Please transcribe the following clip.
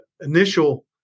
initial